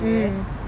mmhmm